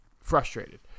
frustrated